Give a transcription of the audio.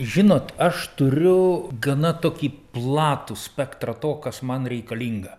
žinot aš turiu gana tokį platų spektrą to kas man reikalinga